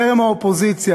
חרם האופוזיציה,